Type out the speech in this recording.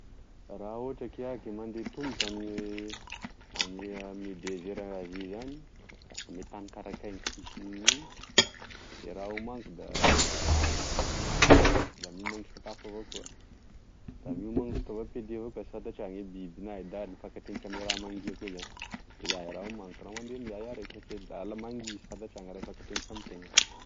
Raha ohatry ke iah ke mandeha tomboka amne- ame desert Azia zany mety tany karakainy sisy ninonino de raha homaniko da rano da miomany sakafo avao koa da miomany fitaovam-piadia avao koa sy fantatrany gne biby na e dahalo mifankatendriky ame raha mangia koa zany zay raha omaniko raha hoandeha amzay iah raiky e dala mangia sy fantatry any raha mifankatendriky amtena.